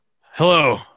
Hello